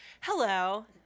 Hello